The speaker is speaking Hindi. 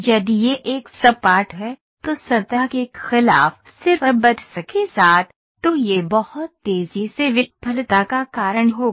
यदि यह एक सपाट है तो सतह के खिलाफ सिर्फ बट्स के साथ तो यह बहुत तेजी से विफलता का कारण होगा